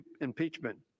impeachment